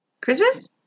Christmas